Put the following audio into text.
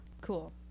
Cool